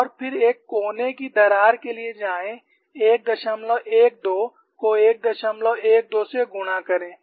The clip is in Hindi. और फिर एक कोने की दरार के लिए जाएं 112 को 112 से गुणा करें